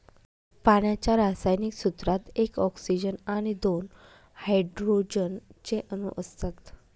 पाण्याच्या रासायनिक सूत्रात एक ऑक्सीजन आणि दोन हायड्रोजन चे अणु असतात